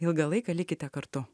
ilgą laiką likite kartu